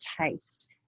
taste